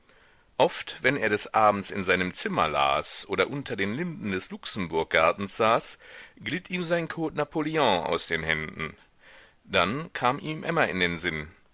oft wenn er des abends in seinem zimmer las oder unter den linden des luxemburggartens saß glitt ihm sein code napolon aus den händen dann kam ihm emma in den sinn